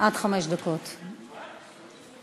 עד חמש דקות, בבקשה.